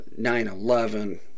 9-11